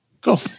Cool